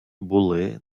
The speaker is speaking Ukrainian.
були